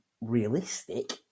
realistic